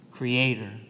creator